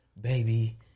baby